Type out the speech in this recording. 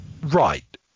Right